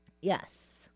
Yes